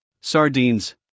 sardines